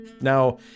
Now